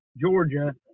Georgia